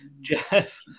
Jeff